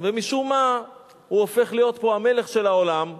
ומשום מה הוא הופך להיות פה המלך של העולם.